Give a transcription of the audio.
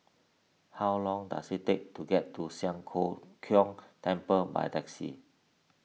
how long does it take to get to Siang Cho Keong Temple by taxi